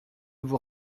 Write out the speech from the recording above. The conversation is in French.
vous